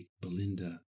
Belinda